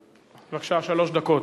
בבקשה, שלוש דקות.